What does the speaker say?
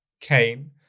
Cain